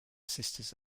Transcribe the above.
sisters